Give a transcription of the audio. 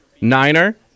Niner